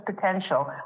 potential